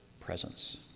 presence